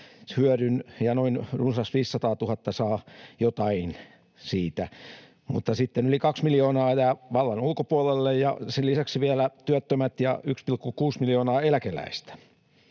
hyödyn ja noin runsas 500 000 saa jotain siitä, mutta sitten yli 2 miljoonaa jää vallan ulkopuolelle ja sen lisäksi vielä työttömät ja 1,6 miljoonaa eläkeläistä.